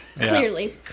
Clearly